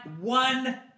one